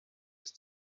ist